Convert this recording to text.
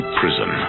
prison